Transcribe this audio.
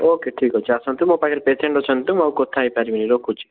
okay ଠିକ୍ ଅଛି ଆସନ୍ତୁ ମୋ ପାଖରେ ପେସେଣ୍ଟ ଅଛନ୍ତି ତ ମୁଁ ଆଉ କଥା ହେଇପାରିବିନି ରଖୁଛି